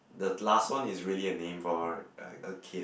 the last one is really a name for a a kid